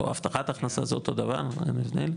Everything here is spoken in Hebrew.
זה אותו דבר, אין הבדל.